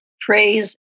praise